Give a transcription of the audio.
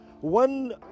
one